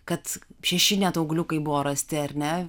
kad šeši net augliukai buvo rasti ar ne